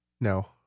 No